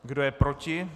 Kdo je proti?